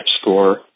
score